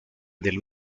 del